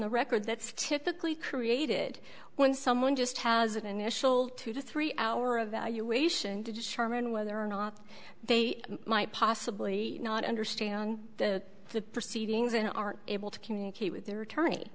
the record that's typically created when someone just has an initial two to three hour a valuation to determine whether or not they might possibly not understand the proceedings and aren't able to communicate with their attorney